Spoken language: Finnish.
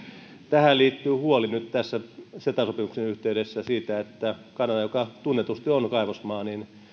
tähän liittyy huoli nyt ceta sopimuksen yhteydessä siitä että kanadasta joka tunnetusti on kaivosmaa